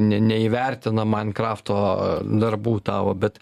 ne neįvertina mankrafto darbų tavo bet